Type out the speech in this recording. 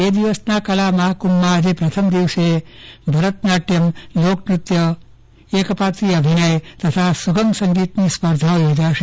બે દિવસના કલા મહાકુંભના પ્રથમ દિવસે આજે ભરત નાટયમ લોકનૃત્ય એક પાત્રિય અભિનય તથા સુગમ સંગીત સ્પર્ધાઓ યોજાશે